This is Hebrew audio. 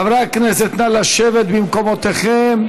חברי הכנסת, נא לשבת במקומותיכם.